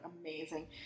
amazing